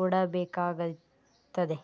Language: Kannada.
ಕೊಡಬೇಕಾಗ್ತದೆ